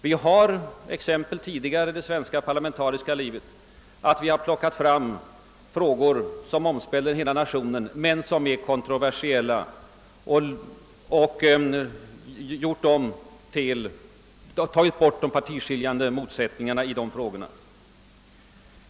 Vi har exempel tidigare i svenskt parlamentariskt liv på att frågor som angår hela nationen men som likväl är kontroversiella på motsvarande sätt berövats sin partiskiljande karaktär.